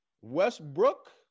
Westbrook